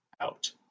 out